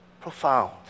Profound